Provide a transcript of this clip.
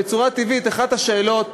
בצורה טבעית, אחת השאלות